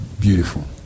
Beautiful